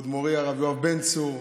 כבוד מורי הרב יואב בן צור,